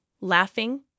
laughing